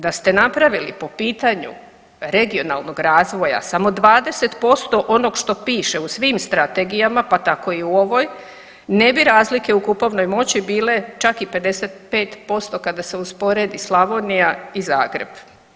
Da ste napravili po pitanju regionalnog razvoja samo 20% onog što piše u svim strategijama, pa tako i u ovoj, ne bi razlike u kupovnoj moći bile čak i 55% kada se usporedi Slavonija i Zagreb.